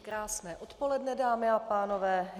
Krásné odpoledne, dámy a pánové.